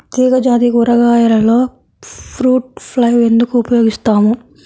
తీగజాతి కూరగాయలలో fruit fly ఎందుకు ఉపయోగిస్తాము?